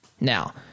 Now